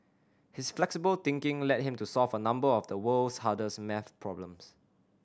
his flexible thinking led him to solve a number of the world's hardest maths problems